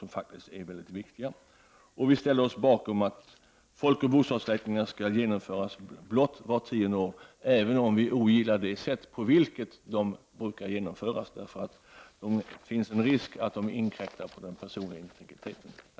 Vi ställer oss även bakom förslaget om att folkoch bostadsräkningen skall genomföras blott vart tionde år, även om vi ogillar det sätt på vilket de bru kar genomföras. Det finns risk för att de inkräktar på den personliga integriteten.